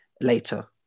later